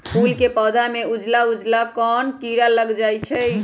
फूल के पौधा में उजला उजला कोन किरा लग जई छइ?